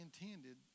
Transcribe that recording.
intended